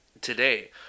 today